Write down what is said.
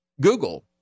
Google